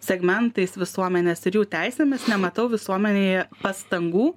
segmentais visuomenės ir jų teisėmis nematau visuomenėje pastangų